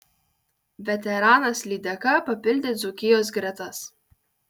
veteranas lydeka papildė dzūkijos gretas